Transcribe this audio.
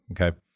okay